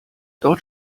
dort